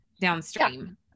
downstream